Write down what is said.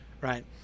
right